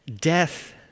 death